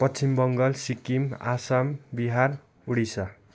Paschim Bengal सिक्किमआसाम Bihar Odisha